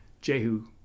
Jehu